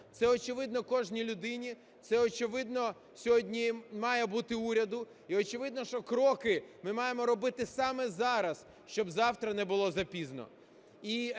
Це очевидно кожній людині, це очевидно сьогодні має бути уряду, і очевидно, що кроки ми маємо робити саме зараз, щоб завтра не було запізно.